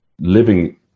living